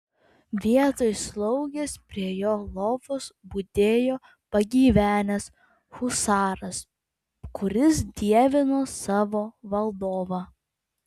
vietoj slaugės prie jo lovos budėjo pagyvenęs husaras kuris dievino savo valdovą